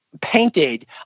Painted